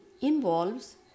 involves